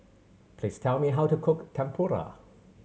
please tell me how to cook Tempura